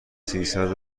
سیصد